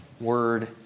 word